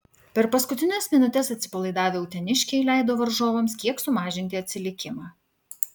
per paskutines minutes atsipalaidavę uteniškiai leido varžovams kiek sumažinti atsilikimą